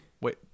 Wait